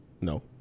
No